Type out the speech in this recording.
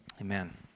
Amen